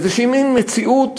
מין מציאות